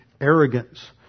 arrogance